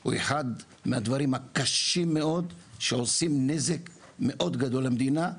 הוא אחד הדברים הקשים מאוד שעושה נזק גדול מאוד למדינה.